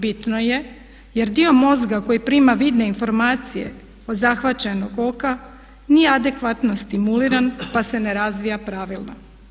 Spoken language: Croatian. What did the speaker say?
Bitno je jer dio mozga koji prima vidne informacije od zahvaćenog oka nije adekvatno stimuliran pa se ne razvija pravilno.